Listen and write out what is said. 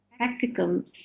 practicum